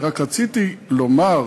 אני רק רציתי לומר,